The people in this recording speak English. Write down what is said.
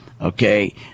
okay